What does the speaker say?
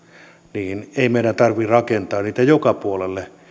niin ei meidän tarvitse rakentaa niitä joka puolelle